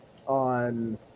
on